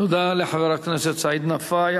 תודה לחבר הכנסת סעיד נפאע.